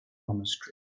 monastery